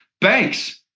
banks